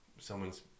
someone's